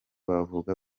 bavuga